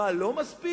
מה, לא מספיק?